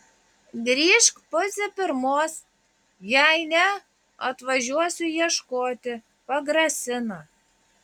grįžk pusę pirmos jei ne atvažiuosiu ieškoti pagrasina